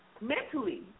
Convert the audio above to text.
mentally